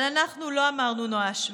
אבל אנחנו לא אמרנו נואש,